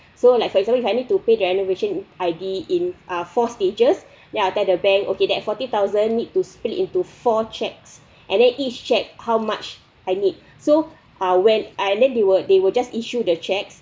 so like for example if I need to pay renovation I_D in uh four stages then I tell the bank okay that forty thousand need to split into four cheques and then each cheque how much I need so ah when I learned they will they will just issue the cheques